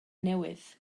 newydd